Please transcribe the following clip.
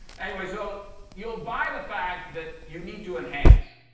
anyway, so you'll buy the fact that you need to enhance,